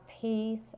peace